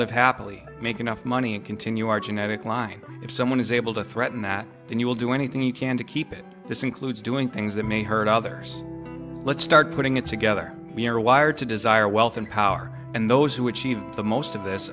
live happily make enough money and continue our genetic line if someone is able to threaten that you will do anything you can to keep it this includes doing things that may hurt others let's start putting it together we are wired to desire wealth and power and those who achieve the most of this